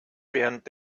während